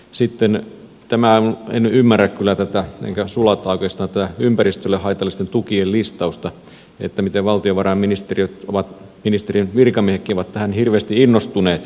sitten en ymmärrä kyllä tätä enkä oikeastaan sulata tätä ympäristölle haitallisten tukien listausta sitä miten valtiovarainministeriön virkamiehetkin ovat tästä hirveästi innostuneet